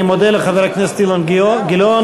אני מודה לחבר הכנסת אילן גילאון,